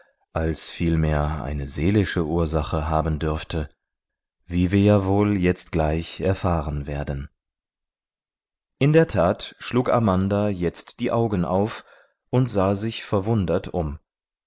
als vielmehr eine seelische ursache haben dürfte wie wir ja wohl jetzt gleich erfahren werden in der tat schlug amanda jetzt die augen auf und sah sich verwundert um